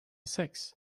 sex